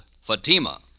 Fatima